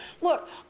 Look